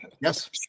Yes